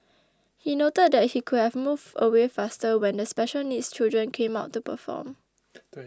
he noted that he could have moved away faster when the special needs children came out to perform